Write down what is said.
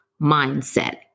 mindset